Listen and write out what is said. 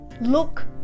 look